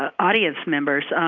ah audience members,